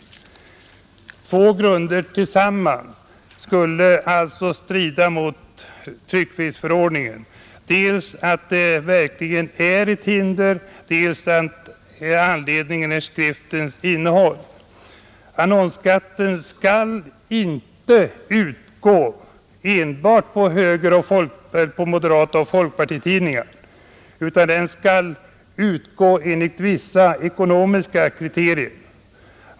Annonsskatten skulle alltså på två grunder strida mot tryckfrihetsförordningen, dels att skatten verkligen skulle vara ett hinder, dels att skriftens innehåll skulle vara anledning till beskattningen. Annonsskatten skall inte utgå enbart på moderatoch folkpartitidningar, utan den skall utgå enligt vissa ekonomiska kriterier.